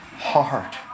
heart